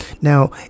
now